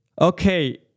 Okay